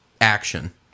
Action